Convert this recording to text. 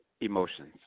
Emotions